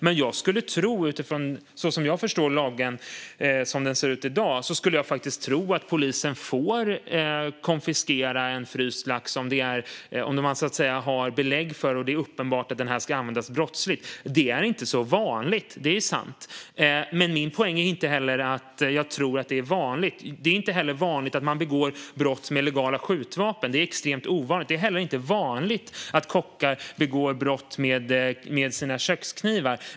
Men som jag förstår lagen och som den ser ut i dag skulle jag tro att polisen får konfiskera en fryst lax om det finns belägg för det och det är uppenbart att den ska användas på ett brottsligt sätt. Det är sant att det inte är särskilt vanligt, men det är inte min poäng. Det är inte heller vanligt att man begår brott med legala skjutvapen. Det är extremt ovanligt. Och det är inte vanligt att kockar begår brott med sina köksknivar.